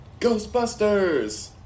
Ghostbusters